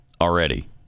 already